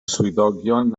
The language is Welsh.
swyddogion